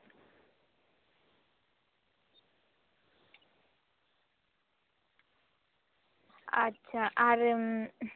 ᱟᱪᱪᱷᱟ ᱟᱨ